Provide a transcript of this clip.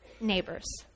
neighbors